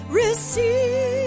receive